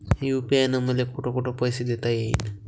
UPI न मले कोठ कोठ पैसे देता येईन?